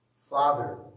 Father